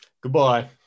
Goodbye